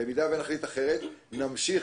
אם נחליט אחרת, נמשיך.